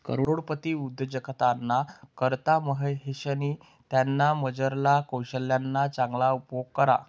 करोडपती उद्योजकताना करता महेशनी त्यानामझारला कोशल्यना चांगला उपेग करा